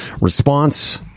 response